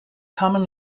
common